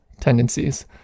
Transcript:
tendencies